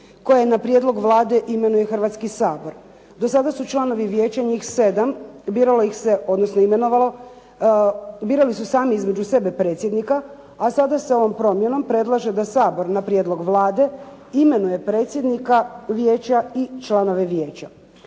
koje na prijedlog Vlade imenuje Hrvatski sabor. Do sada su članovi vijeća njih sedam birali se odnosno imenovalo, birali su sami između sebe predsjednika, a sada se ovom promjenom predlaže da Sabor na prijedlog Vlade imenuje predsjednika vijeća i članove vijeća.